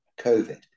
COVID